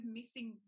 missing